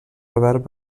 robert